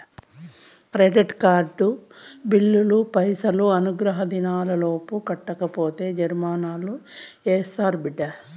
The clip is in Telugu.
కెడిట్ కార్డు బిల్లులు పైసలు అనుగ్రహ దినాలలోపు కట్టకపోతే జరిమానా యాస్తారు బిడ్డా